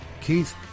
Keith